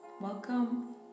Welcome